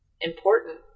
important